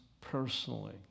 personally